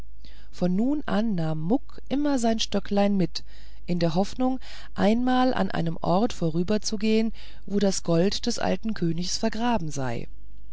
von nun an nahm muck immer sein stöcklein mit in der hoffnung einmal an einem ort vorüberzugehen wo das gold des alten königs vergraben sei